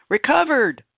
Recovered